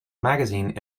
magazine